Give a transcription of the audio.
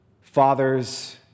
fathers